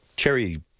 cherry